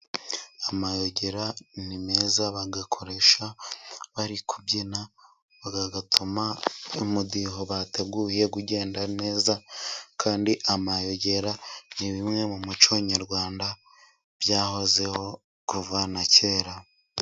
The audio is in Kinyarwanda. Amayugi ni meza bayakoresha bari kubyina, atuma umudiho bateguye ugenda neza, kandi amayugi ni bimwe mu muco nyarwanda byahozeho kuva na kera.